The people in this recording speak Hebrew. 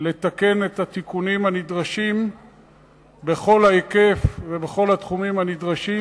לתקן את התיקונים הנדרשים בכל ההיקף ובכל התחומים הנדרשים,